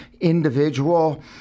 individual